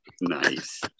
Nice